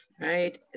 right